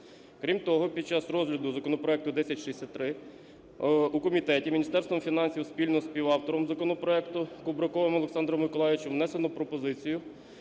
Крім того, під час розгляду законопроекту 1063 в Комітеті Міністерством фінансів спільно зі співавтором законопроекту Кубраковим Олександром Миколайовичем внесено пропозицію